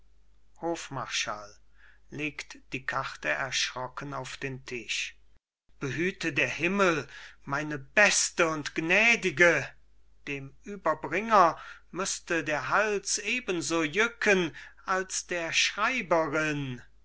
hofmarschall legt die karte erschrocken auf den tisch behüte der himmel meine beste und gnädige den überbringer müßte der hals eben so jücken als der schreiberin